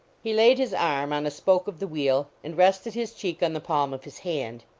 he laid his arm on a spoke of the wheel, and rested his cheek on the palm of his hand.